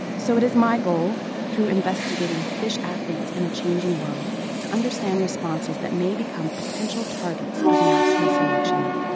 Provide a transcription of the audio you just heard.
so, it is my goal, through investigating fish athletes in a changing world to understand responses that may become potential targets of natural selection,